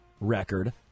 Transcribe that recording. record